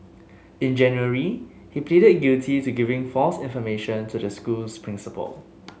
in January he pleaded guilty to giving false information to the school's principal